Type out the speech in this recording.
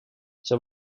zij